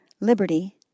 liberty